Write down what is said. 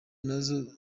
nazo